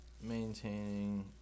maintaining